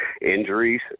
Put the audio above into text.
injuries